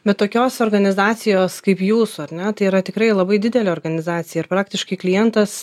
bet tokios organizacijos kaip jūsų ar ne tai yra tikrai labai didelė organizacija ir praktiškai klientas